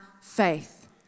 faith